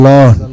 Lord